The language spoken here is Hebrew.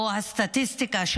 או הסטטיסטיקה,